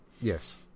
Yes